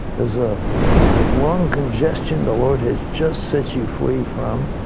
is a lung congestion the lord has just set you free from.